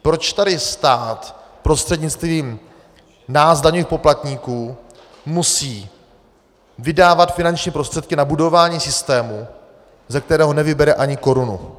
Proč tady stát prostřednictvím nás daňových poplatníků musí vydávat finanční prostředky na budování systému, ze kterého nevybere ani korunu?